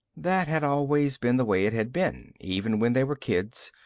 that had always been the way it had been, even when they were kids,